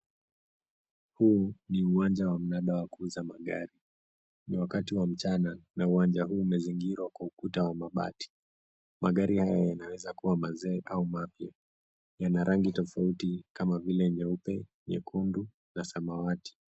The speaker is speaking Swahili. Huu ni uwanja wa mnada wa kuuza magari. Ni wakati wa mchana na uwanja huu umezingirwa kwa ukuta wa mabati. Magari haya yanaweza kuwa mazee au mapya. Yana rangi tofauti kama vile nyeupe, nyekundu na samawati.